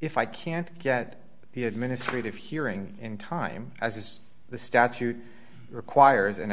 if i can't get the administrative hearing in time as the statute requires and